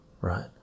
right